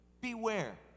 Beware